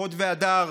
הוד והדר